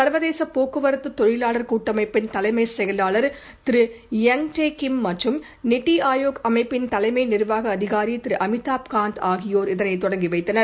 சர்வதேச போக்குவரத்து தொழிலாளர் கூட்டமைப்பின் தலைமை செயலாளர் யங் தே கிம் மற்றும் நித்தி ஆயோக் அமைப்பின் தலைமை நிர்வாக அதிகாரி அமிதாப் காந்த் ஆகியோர் இதனை தொடங்கி வைத்தனர்